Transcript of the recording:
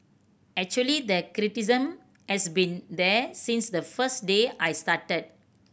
actually the criticism has been there since the first day I started